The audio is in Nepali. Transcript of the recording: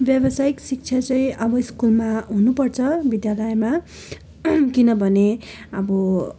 व्यावसायिक शिक्षा चाहिँ अब स्कुलमा हुनुपर्छ विद्यालयमा किनभने अब